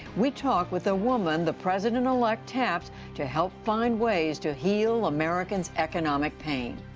we talk with the woman the president-elect tapped to help find ways to heal americans' economic pain.